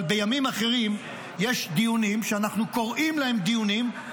אבל בימים אחרים יש דיונים שאנחנו קוראים להם דיונים,